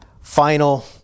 final